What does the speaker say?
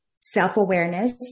self-awareness